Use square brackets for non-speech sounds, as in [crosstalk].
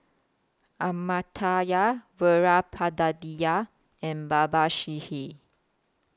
Amartya [unintelligible] and [unintelligible]